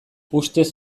ustez